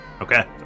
Okay